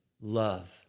love